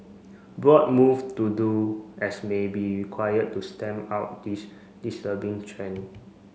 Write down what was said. bold move to do as may be required to stamp out this disturbing trend